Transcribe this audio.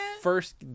First